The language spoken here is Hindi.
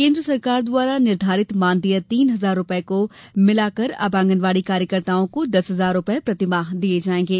केन्द्र सरकार द्वारा निर्घारित मानदेय तीन हजार रूपये को मिलाकर अब आंगनवाड़ी कार्यकर्ताओं को दस हजार रूपये प्रतिमाह दिये जायेंगे